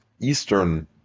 eastern